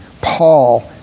paul